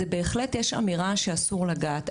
בהחלט יש אמירה שאסור לגעת.